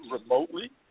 remotely